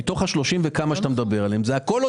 מתוך 30 ומשהו הפניות שאתה מדבר עליהן כמעט הכול הוא